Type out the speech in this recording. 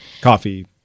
coffee